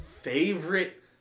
favorite